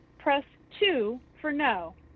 press two for no.